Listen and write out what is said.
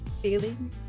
feeling